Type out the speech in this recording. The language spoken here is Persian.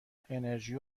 انِرژی